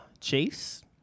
Chase